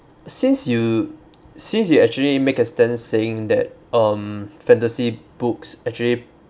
since you since you actually make a stance saying that um fantasy books actually